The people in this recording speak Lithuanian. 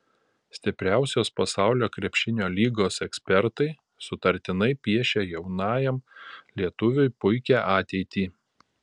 stipriausios pasaulio krepšinio lygos ekspertai sutartinai piešia jaunajam lietuviui puikią ateitį